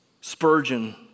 Spurgeon